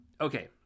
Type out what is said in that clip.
Okay